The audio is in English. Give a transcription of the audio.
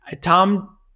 Tom